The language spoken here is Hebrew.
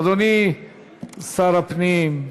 אדוני שר הפנים,